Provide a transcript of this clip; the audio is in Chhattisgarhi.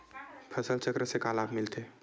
फसल चक्र से का लाभ मिलथे?